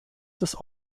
des